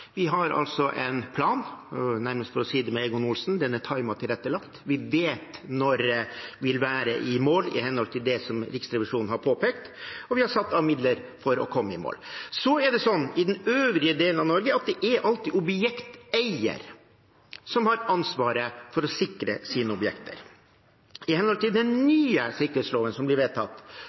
Vi har altså en plan – for nærmest å si det med Egon Olsen: Den er timet og tilrettelagt. Vi vet når vi vil være i mål i henhold til det Riksrevisjonen har påpekt, og vi har satt av midler for å komme i mål. Det er slik i den øvrige delen av Norge at det alltid er objekteier som har ansvaret for å sikre sine objekter. I henhold til den nye sikkerhetsloven som er vedtatt og blir